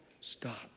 stop